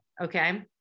Okay